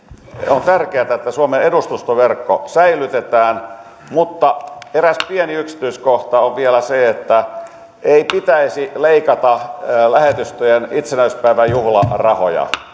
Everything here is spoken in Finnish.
on tärkeätä että suomen edustustoverkko säilytetään mutta eräs pieni yksityiskohta on vielä se että ei pitäisi leikata lähetystöjen itsenäisyyspäivän juhlarahoja